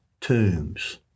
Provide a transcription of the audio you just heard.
tombs